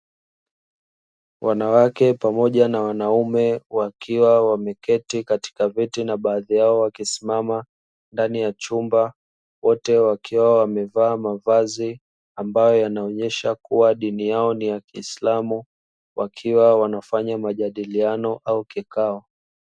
Wanawake pamoja na wanaume wakiwa wameketi katika viti na baadhi yao wakisimama ndani ya chumba, wote wakiwa wamevaa mavazi ambayo yanaonyesha kuwa dini yao ni ya kiislamu, wakiwa wanafanya majadiliano au kikao.